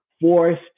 forced